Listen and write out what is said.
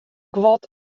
guod